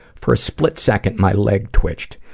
for a split second, my leg twitched,